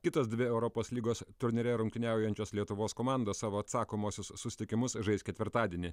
kitos dvi europos lygos turnyre rungtyniaujančios lietuvos komandos savo atsakomuosius susitikimus žais ketvirtadienį